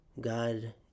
God